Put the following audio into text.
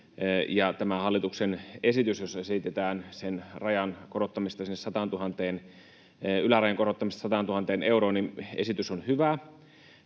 tämä hallituksen esitys, jossa esitetään sen ylärajan korottamista sinne 100 000 euroon, on hyvä,